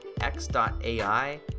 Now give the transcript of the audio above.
X.ai